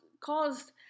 caused